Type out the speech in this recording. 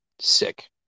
sick